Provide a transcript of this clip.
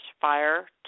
Fire